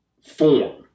form